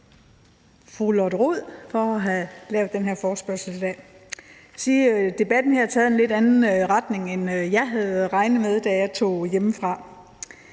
fru Lotte Rod for at have indkaldt til den her forespørgsel i dag. Jeg vil sige, at debatten har taget en lidt anden retning, end jeg havde regnet med, da jeg tog hjemmefra.